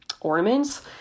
ornaments